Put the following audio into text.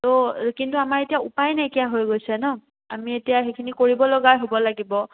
তো কিন্তু আমাৰ এতিয়া উপায় নাইকিয়া হৈ গৈছে ন আমি এতিয়া সেইখিনি কৰিবল লগা হ'ব লাগিব